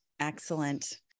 Excellent